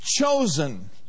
chosen